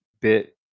bit